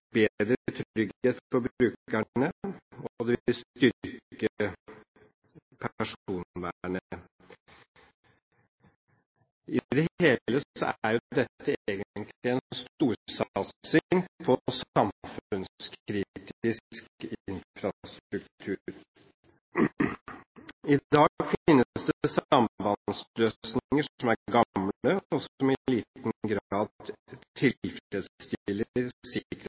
trygghet for brukerne, og det vil styrke personvernet. I det hele er dette egentlig en storsatsing på samfunnskritisk infrastruktur. I dag finnes det sambandsløsninger som er gamle, og som i liten grad